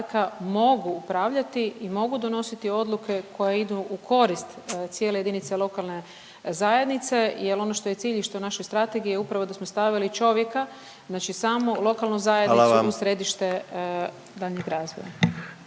mogu upravljati i mogu donositi odluke koje idu u korist cijele jedinice lokalne zajednice, jer ono što je cilj i što je našoj strategiji, je upravo da smo stavili čovjeka znači samu lokalnu zajednicu …/Upadica